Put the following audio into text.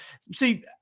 see